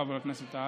חבר הכנסת טאהא,